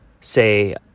Say